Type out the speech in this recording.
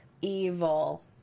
Evil